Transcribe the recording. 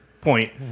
point